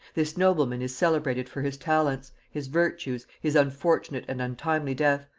this nobleman is celebrated for his talents, his virtues, his unfortunate and untimely death,